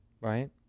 right